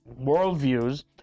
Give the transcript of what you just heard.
worldviews